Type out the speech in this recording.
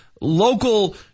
local